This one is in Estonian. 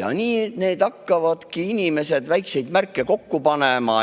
Ja nii hakkavadki inimesed väikseid märke kokku panema.